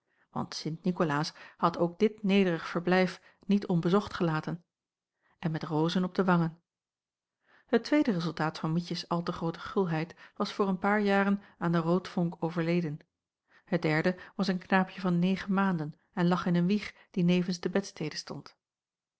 want sint nikolaas had ook dit nederig verblijf niet onbezocht gelaten en met rozen op de wangen het tweede rezultaat van mietjes al te groote gulheid was voor een paar jaren aan de roodvonk overleden het derde was een knaapje van negen maanden en lag in een wieg die nevens de bedstede stond